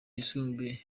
yisumbuye